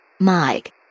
Mike